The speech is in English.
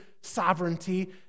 sovereignty